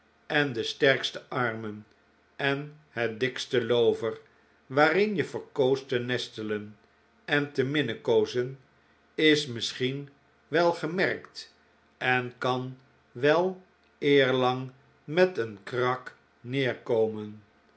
en de sterkste armen en het dikste loover waarin je verkoos te nestelen en te minnekoozen is misschien wel gemerkt en kan wel eerlang met een krak neerkomen